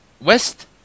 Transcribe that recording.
West